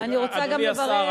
אני רוצה גם לברך את ראש הממשלה,